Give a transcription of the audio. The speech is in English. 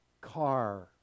car